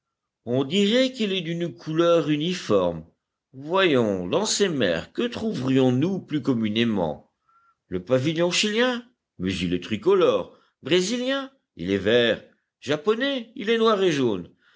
on dirait qu'il est d'une couleur uniforme voyons dans ces mers que trouverionsnous plus communément le pavillon chilien mais il est tricolore brésilien il est vert japonais il est noir et jaune